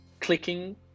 clicking